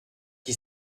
qui